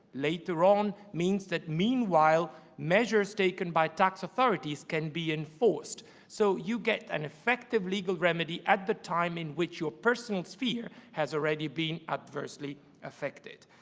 later on, means that meanwhile measures taken by tax authorities can be enforced so you get an effective legal remedy at the time in which your personal sphere has already been adversely affected.